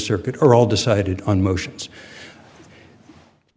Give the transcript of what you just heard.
circuit are all decided on motions